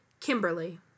Kimberly